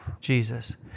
Jesus